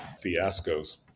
fiascos